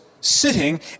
sitting